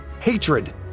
hatred